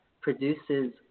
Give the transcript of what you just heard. produces